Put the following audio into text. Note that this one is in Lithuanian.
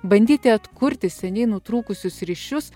bandyti atkurti seniai nutrūkusius ryšius